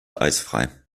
eisfrei